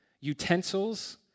utensils